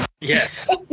yes